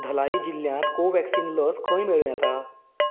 धलाई जिल्ल्यांत कोव्हॅक्सिन लस खंय मेळूं येता